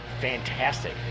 Fantastic